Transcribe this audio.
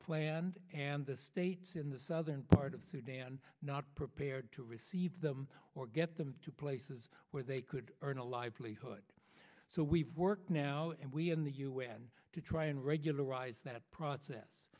planned and the states in the southern part of sudan not prepared to receive them or get them to places where they could earn a livelihood so we've worked now and we in the un to try and regularize that process